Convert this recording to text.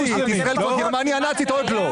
ישראל כבר גרמניה הנאצית או עוד לא?